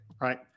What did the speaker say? right